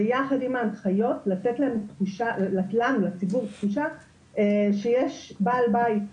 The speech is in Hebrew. ויחד עם ההנחיות לתת לנו לציבור תחושה שיש בעל בית שמפקח,